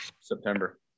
September